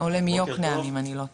עולה מיוקנעם אם אני לא טועה.